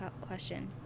question